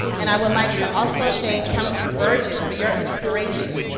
and i would like to also thank councilman burgess for your inspiration.